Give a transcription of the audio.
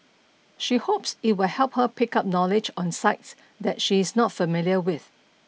she hopes it will help her pick up knowledge on sites that she is not familiar with